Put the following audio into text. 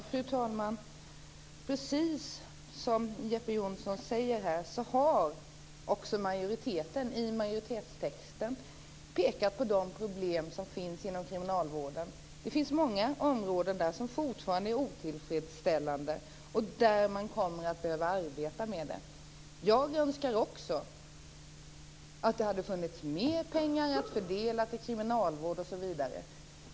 Fru talman! Precis som Jeppe Johnsson säger har också majoriteten i majoritetstexten pekat på de problem som finns inom kriminalvården. Det är fortfarande otillfredsställande på många områden. Där kommer man att behöva arbeta med det här. Jag önskar också att det hade funnits mer pengar att fördela till kriminalvård osv.